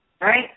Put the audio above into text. right